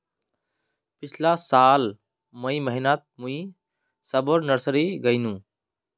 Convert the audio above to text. पिछला साल मई महीनातमुई सबोर नर्सरी गायेनू